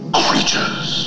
creatures